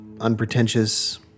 Unpretentious